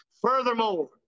Furthermore